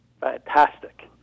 fantastic